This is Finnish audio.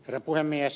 herra puhemies